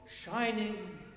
shining